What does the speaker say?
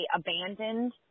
abandoned